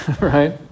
right